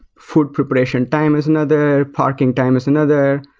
food preparation time is another, parking time is another,